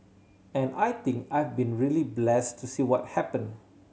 and I think I've been really blessed to see what happen